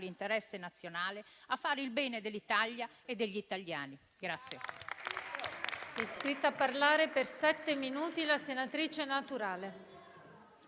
l'interesse nazionale a fare il bene dell'Italia e degli italiani.